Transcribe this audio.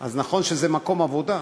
אז נכון שזה מקום עבודה,